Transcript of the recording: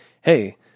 Hey